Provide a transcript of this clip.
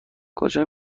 کجا